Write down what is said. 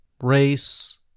race